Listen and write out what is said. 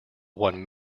won